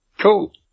Cool